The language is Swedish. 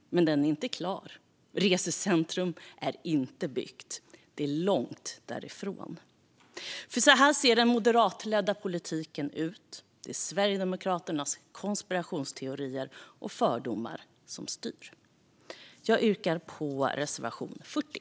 Men Ostlänken är inte klar, och resecentrum är inte byggt, långt ifrån. Så ser den moderatledda politiken ut. Det är Sverigedemokraternas konspirationsteorier och fördomar som styr. Jag yrkar bifall till reservation 40.